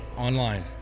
online